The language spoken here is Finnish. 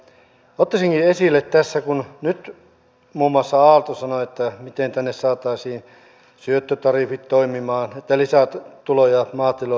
ottaisinkin esille tässä kun nyt muun muassa aalto kysyi miten tänne saataisiin syöttötariffit toimimaan jotta lisätuloja maatiloille tulisi